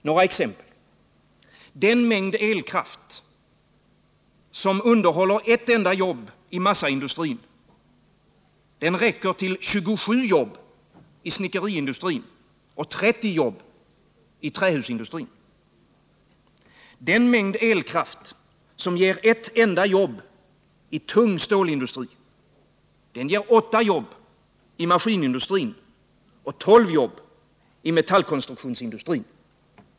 Några exempel: Den mängd elkraft som underhåller ett enda jobb i massaindustrin räcker till 27 jobb i snickeriindustrin och 30 jobb i trähusindustrin. Den mängd elkraft som ger ett enda jobb i tung stålindustri ger 8 jobb i maskinindustrin och 12 jobb i metallkonstruktionsindustrin.